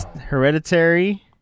Hereditary